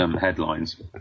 headlines